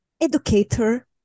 educator